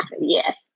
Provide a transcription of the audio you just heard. Yes